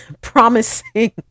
promising